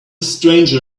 stranger